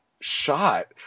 shot